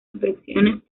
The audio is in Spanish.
infecciones